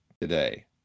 today